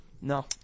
No